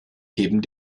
heben